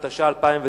התש"ע 2009,